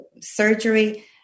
surgery